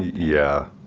yeah.